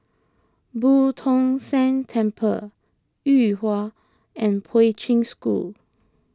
Boo Tong San Temple Yuhua and Poi Ching School